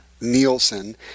Nielsen